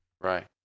Right